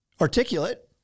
Articulate